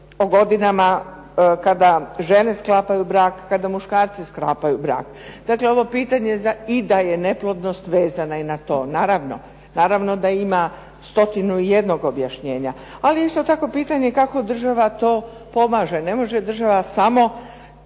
o godinama kada žene sklapaju brak, kada muškarci sklapaju brak. Dakle ovo pitanje i da je neplodnost vezana i na to. Naravno. Naravno da ima stotinu i jednog objašnjenja. Ali isto tako pitanje kako država to pomaže. Ne može država samo